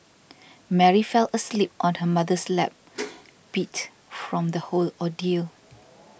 Mary fell asleep on her mother's lap beat from the whole ordeal